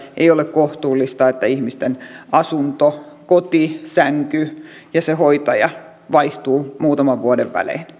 ei ole kohtuullista että ihmisten asunto koti sänky ja se hoitaja vaihtuvat muutaman vuoden välein